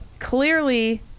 clearly